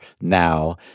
now